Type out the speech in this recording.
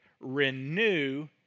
renew